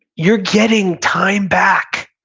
you're getting time back.